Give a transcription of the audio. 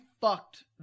fucked